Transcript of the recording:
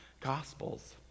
gospels